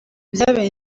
byabaye